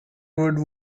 would